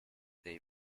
they